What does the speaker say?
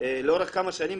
לאורך כמה שנים.